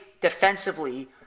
defensively